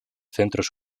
centros